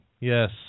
Yes